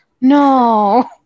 no